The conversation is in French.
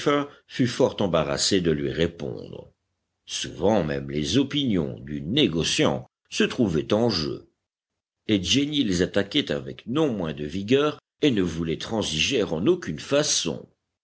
fut fort embarrassé de lui répondre souvent même les opinions du négociant se trouvaient en jeu et jenny les attaquait avec non moins de vigueur et ne voulait transiger en aucune façon